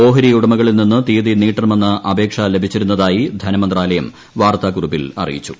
ഓഹരി ഉടമകളിൽ നിന്ന് തീയതി നീട്ടണമെന്ന് അപേക്ഷ ലഭിച്ചിരുന്നതായി ധനമന്ത്രാലയം വാർത്താക്കുറിപ്പിൽ അറിയിച്ചു